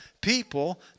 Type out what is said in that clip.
people